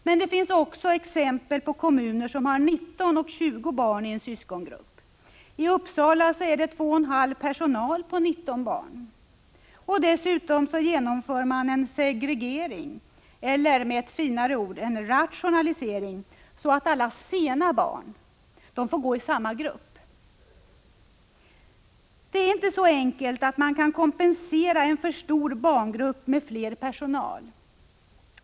Men det finns också exempel på kommuner som har 19 och 20 barn i en syskongrupp. I Uppsala uppgår personalen till 2,5 personer på 19 barn. Dessutom genomför man en segregering eller — med ett finare ord — en rationalisering så att alla ”sena” barn får gå i samma grupp. Det är inte så enkelt att man kan kompensera en för stor barngrupp med fler anställda.